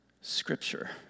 scripture